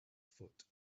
foot